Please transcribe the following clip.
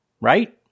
right